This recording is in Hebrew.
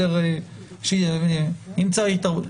אם צריך התערבות,